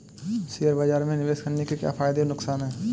Share बाज़ार में निवेश करने के क्या फायदे और नुकसान हैं?